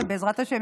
ובעזרת השם,